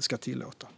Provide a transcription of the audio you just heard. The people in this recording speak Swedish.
ska tillåta.